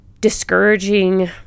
discouraging